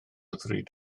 ddrud